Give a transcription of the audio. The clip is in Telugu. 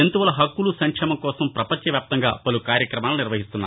జంతువుల హక్ములు సంక్షేమం కోసం పపంచ వ్యాప్తంగా పలు కార్యక్రమాలు నిర్వహిస్తున్నారు